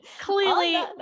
clearly